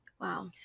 Wow